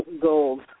Gold